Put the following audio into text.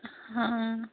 हां